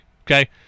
Okay